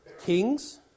kings